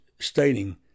stating